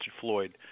Floyd